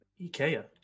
Ikea